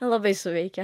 labai suveikia